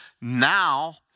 now